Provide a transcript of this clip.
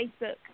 Facebook